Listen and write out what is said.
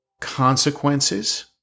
consequences